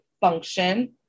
function